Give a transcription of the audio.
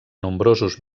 nombrosos